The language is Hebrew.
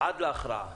עד להכרעה,